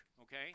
okay